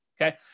Okay